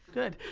good,